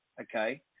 Okay